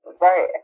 Right